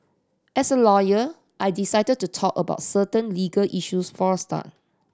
as a lawyer I decided to talk about certain legal issues for a start